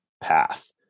path